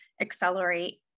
accelerate